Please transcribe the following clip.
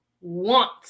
want